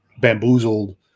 bamboozled